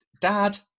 dad